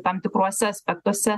tam tikruose aspektuose